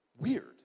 weird